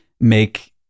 make